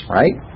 right